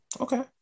okay